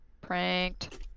pranked